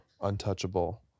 untouchable